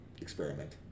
experiment